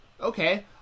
Okay